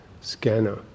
scanner